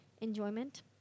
enjoyment